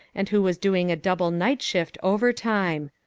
and who was doing a double night-shift overtime.